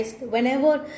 whenever